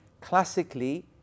classically